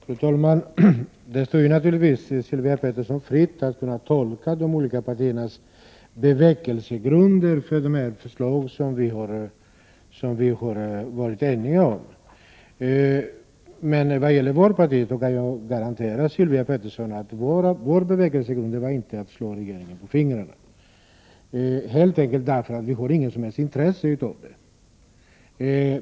Fru talman! Det står naturligtvis Sylvia Pettersson fritt att tolka de olika partiernas bevekelsegrunder för de förslag som vi varit eniga om. Vad gäller vårt parti kan jag garantera Sylvia Pettersson att vår bevekelsegrund inte varit att slå regeringen på fingrarna, helt enkelt därför att vi inte har något som helst intresse av det.